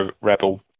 rebel